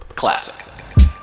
Classic